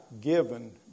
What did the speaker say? given